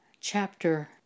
chapter